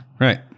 Right